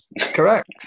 Correct